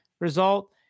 result